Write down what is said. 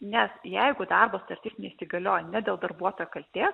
nes jeigu darbo sutartis neįsigaliojo ne dėl darbuotojo kaltės